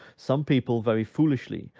some people, very foolishly,